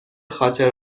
خاطر